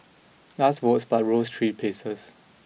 lost votes but rose three places